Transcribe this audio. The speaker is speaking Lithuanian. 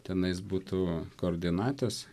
tenais būtų koordinatės